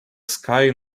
sky